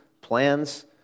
plans